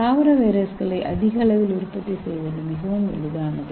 தாவர வைரஸ்களை அதிக அளவில் உற்பத்தி செய்வது மிகவும் எளிதானது